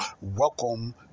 welcome